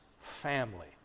family